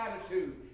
attitude